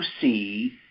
see